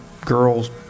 girl's